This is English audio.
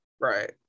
right